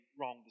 wrong